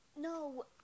No